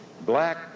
Black